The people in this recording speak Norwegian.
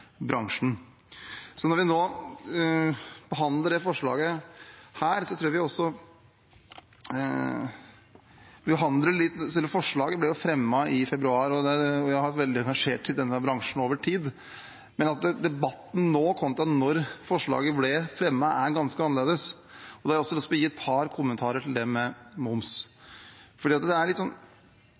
Når det gjelder dette forslaget her, ble selve forslaget fremmet i februar. Vi har vært veldig engasjert i denne bransjen over tid, men debatten nå kontra da forslaget ble fremmet, er ganske annerledes. Jeg har også lyst til å gi et par kommentarer til det med moms. Jeg satt på Stortinget da vi behandlet krisepakkene i mars 2020, og da var det